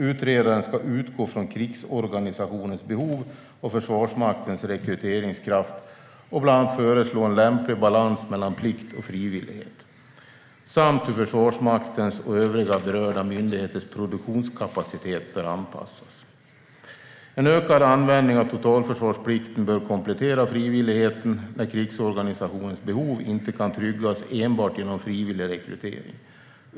Utredaren ska utgå från krigsorganisationens behov och Försvarsmaktens rekryteringskraft och bland annat föreslå en lämplig balans mellan plikt och frivillighet, samt hur Försvarsmaktens och övriga berörda myndigheters produktionskapacitet bör anpassas. En ökad användning av totalförsvarsplikten bör komplettera frivilligheten när krigsorganisationens behov inte kan tryggas enbart genom frivillig rekrytering.